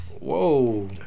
whoa